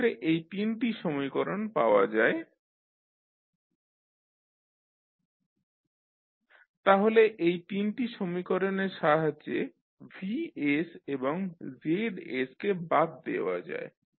সেক্ষেত্রে এই তিনটি সমীকরণ পাওয়া যায় VsUs Zs YsGsVs ZsHsY তাহলে এই তিনটি সমীকরণের সাহায্যে V এবং Z কে বাদ দেওয়া যায়